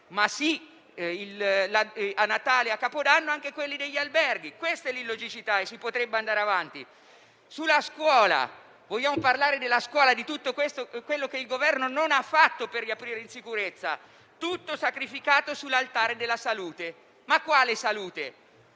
(ma a Natale e a Capodanno anche quelli degli alberghi). Questa è l'illogicità, e si potrebbe andare avanti. Vogliamo parlare della scuola e di tutto questo quello che il Governo non ha fatto per riaprirla in sicurezza? Tutto è sacrificato sull'altare della salute, ma di quale salute